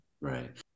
Right